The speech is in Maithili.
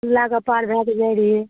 नाहपर पार भएके जाए रहिए ठिके छै